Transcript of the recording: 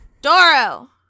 Doro